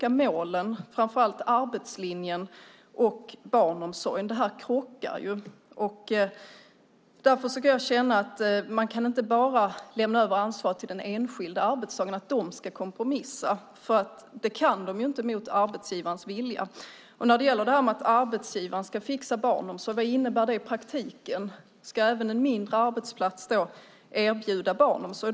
Arbetslinjen och barnomsorgen krockar här. Man kan inte bara lämna över ansvaret till den enskilde arbetstagaren att kompromissa, för det kan han eller hon inte mot arbetsgivarens vilja. Vad innebär det i praktiken att arbetsgivaren ska fixa barnomsorg? Ska även en mindre arbetsplats erbjuda barnomsorg?